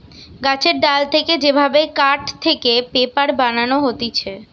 গাছের ডাল থেকে যে ভাবে কাঠ থেকে পেপার বানানো হতিছে